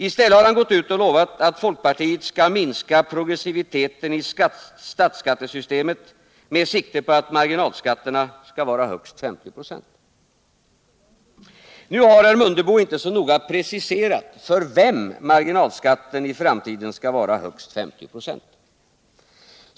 I stället har han gått ut och lovat att folkpartiet skall minska progressiviteten i statsskattesystemet med sikte på att marginalskatten skall vara högst 50 96. Nu har herr Mundebo inte så noga preciserat för vem marginalskatten i framtiden skall vara högst 50 96.